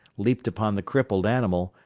leaped upon the crippled animal,